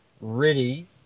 ready